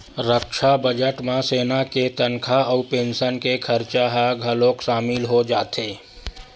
रक्छा बजट म सेना के तनखा अउ पेंसन के खरचा ह घलोक सामिल हो जाथे